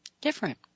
different